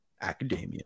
Academia